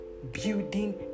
Building